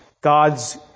God's